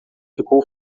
ficou